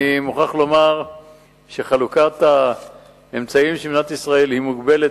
אני מוכרח לומר שחלוקת האמצעים של מדינת ישראל היא מוגבלת,